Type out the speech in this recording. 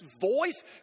voice